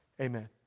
Amen